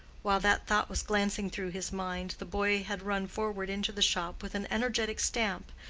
while that thought was glancing through his mind, the boy had run forward into the shop with an energetic stamp,